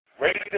ready